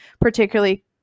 particularly